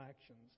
actions